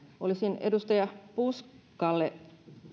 olisin edustaja puskalle